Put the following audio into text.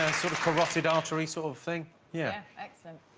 sort of carotid artery sort of thing. yeah excellent